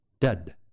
dead